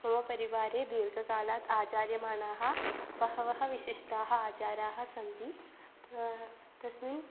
मम परिवारे दीर्घकालात् आचार्यमाणाः बहवः विशिष्टाः आचाराः सन्ति तस्मिन्